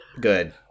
Good